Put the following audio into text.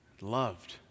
loved